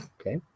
Okay